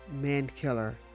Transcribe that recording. Mankiller